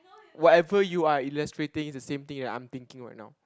whatever you are illustrating is the same thing that I'm thinking right now